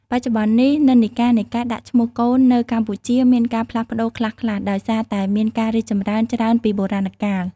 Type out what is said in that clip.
បច្ចុប្បន្ននេះ និន្នាការនៃការដាក់ឈ្មោះកូននៅកម្ពុជាមានការផ្លាស់ប្តូរខ្លះៗ ដោយសារតែមានការរីកចម្រើនច្រើនពីបុរាណកាល។